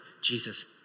Jesus